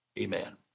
Amen